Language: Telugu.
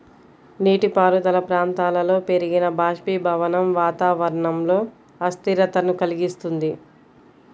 నీటిపారుదల ప్రాంతాలలో పెరిగిన బాష్పీభవనం వాతావరణంలో అస్థిరతను కలిగిస్తుంది